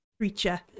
creature